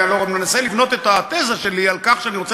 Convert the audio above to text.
אני הלוא מנסה לבנות את התזה שלי על כך שאני רוצה